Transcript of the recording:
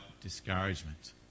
discouragement